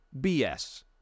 BS